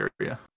area